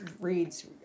reads